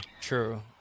True